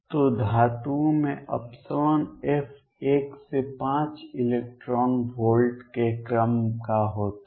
तो धातुओं में F एक से 5 इलेक्ट्रॉन वोल्ट के क्रम का होता है